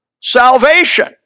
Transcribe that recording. salvation